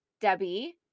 Debbie